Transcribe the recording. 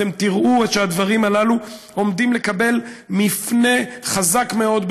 אתם תראו איך הדברים הללו עומדים לקבל מפנה חזק מאוד.